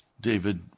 David